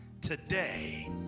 today